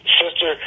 sister